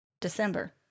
december